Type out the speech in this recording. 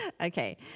Okay